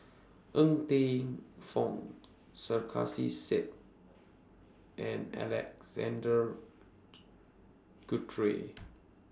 Ng Teng Fong Sarkasi Said and Alexander Guthrie